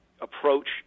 approach